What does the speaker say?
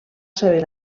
saber